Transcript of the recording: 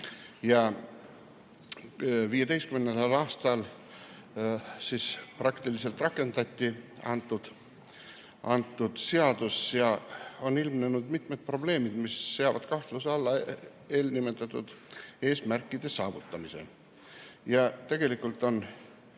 seadus praktiliselt rakendati ja nüüd on ilmnenud mitmed probleemid, mis seavad kahtluse alla eelnimetatud eesmärkide saavutamise. Tegelikult on